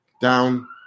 Down